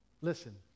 Listen